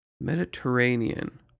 Mediterranean